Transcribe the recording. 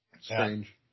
Strange